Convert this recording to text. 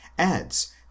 adds